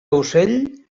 ocell